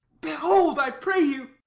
behold, i pray you.